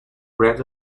bread